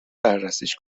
بررسیش